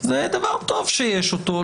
זה דבר טוב שיש אותו,